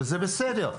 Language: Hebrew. זה בסדר.